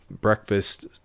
breakfast